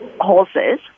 horses